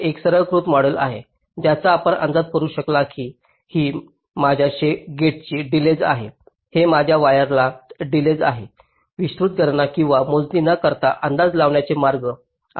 आपल्याकडे एक सरलीकृत मॉडेल आहे ज्याचा आपण अंदाज करू शकता की ही माझ्या गेटची डिलेज आहे हे माझ्या वायरला डिलेज आहे विस्तृत गणना किंवा मोजणी न करता अंदाज लावण्याचे मार्ग आहेत